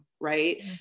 Right